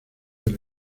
del